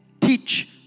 teach